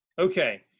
Okay